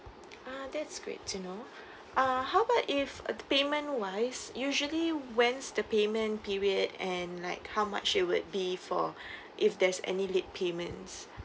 ah that's great to know uh how about if a payment wise usually when's the payment period and like how much it would be for if there's any late payments